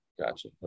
Gotcha